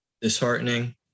disheartening